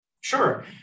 Sure